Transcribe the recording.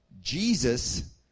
Jesus